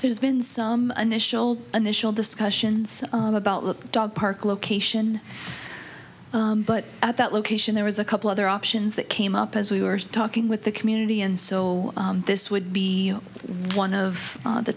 there's been some initial initial discussions about the dog park location but at that location there was a couple other options that came up as we were talking with the community and so this would be one of the